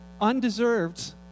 undeserved